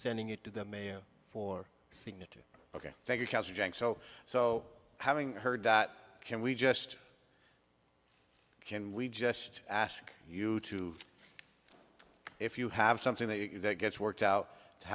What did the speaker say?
sending it to the mayor for signature ok thank you so so having heard that can we just can we just ask you to if you have something that you that gets worked out